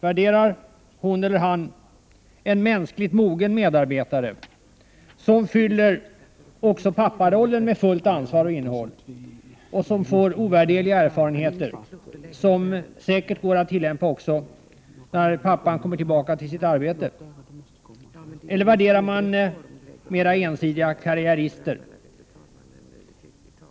Värderar hon eller han en mänskligt mogen medarbetare, som fyller också papparollen med fullt ansvar och innehåll och som får ovärderliga erfarenheter som säkert går att tillämpa när pappan kommer tillbaka till sitt arbete? Eller värderar man mera ensidiga karriärister?